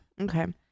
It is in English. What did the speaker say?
okay